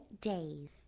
days